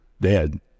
dead